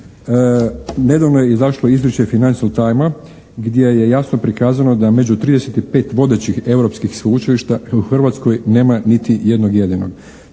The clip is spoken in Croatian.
Nedavno je izašlo izvješće financijskog time gdje je jasno prikazano da među 35 vodećih europskih sveučilišta u Hrvatskoj nema niti jednog jedinog,